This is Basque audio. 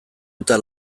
eta